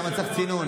למה צריך צינון?